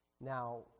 now